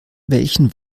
welchen